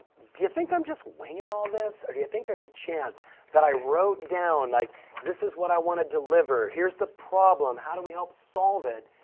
do you think i'm just winging all this or do you think there's a chance that i wrote down like this is what i wanna deliver, here's the problem, how do we help solve it.